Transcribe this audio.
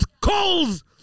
coals